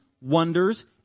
wonders